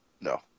No